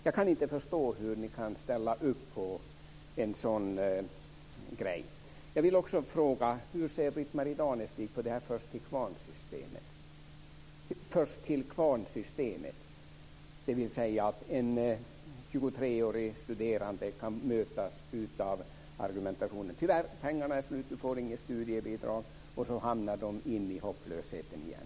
Jag kan inte förstå hur ni kan ställa upp på en sådan grej. Jag vill också fråga: Hur ser Britt-Marie Danestig på först-till-kvarn-systemet och på att en 23-årig studerande kan mötas av argumentet: Tyvärr, pengarna är slut och du får inget studiebidrag! Och så hamnar de i hopplösheten igen.